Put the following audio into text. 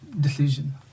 decision